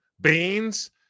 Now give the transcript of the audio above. beans